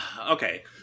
Okay